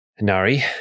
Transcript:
Nari